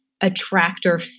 attractor